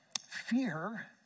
fear